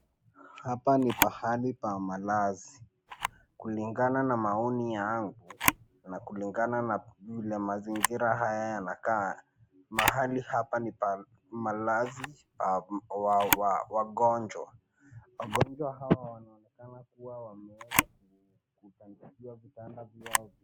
Hapa ni pahali pa malazi. Kulingana na maoni yangu, na kulingana na vile mazingira haya yanakaa, mahali hapa ni pa malazi wa wagonjwa. Wagonjwa hawa wanaonekana kua wameweza kutandikiwa vitanda vyao.